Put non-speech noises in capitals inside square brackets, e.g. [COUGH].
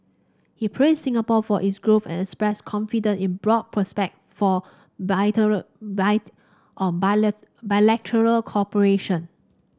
he praised Singapore for its growth and expressed confidence in broad prospects for [UNINTELLIGIBLE] bite on [UNINTELLIGIBLE] bilateral cooperation